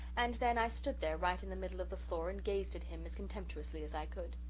and then i stood there right in the middle of the floor and gazed at him as contemptuously as i could.